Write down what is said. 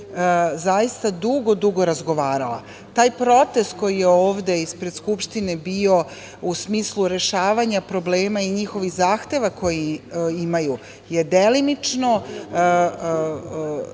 zaista dugo, dugo razgovarala. Taj protest koji je ovde ispred Skupštine bio u smislu rešavanja problema i njihovih zahteva koji imaju je delimično bio opravdan,